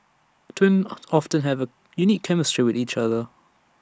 twins often have A unique chemistry with each other